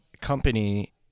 company